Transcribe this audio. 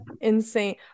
insane